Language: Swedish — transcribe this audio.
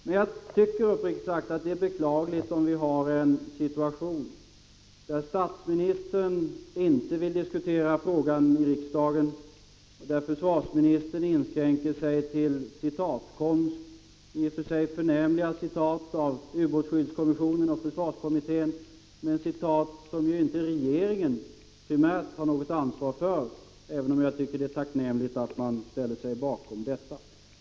Men jag tycker uppriktigt sagt att det är beklagligt om vi har en situation där statsministern inte vill diskutera frågan i riksdagen och där försvarsministern inskränker sig till citatkonst. Det är i och för sig förnämliga citat av ubåtsskyddskommissionen och försvarskommittén, men det är citat som regeringen inte primärt har något ansvar för, även om jag tycker att det är tacknämligt att man ställer sig bakom dem.